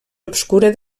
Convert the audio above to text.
obscura